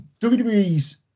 WWE's